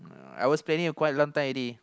I was planning a quite long time already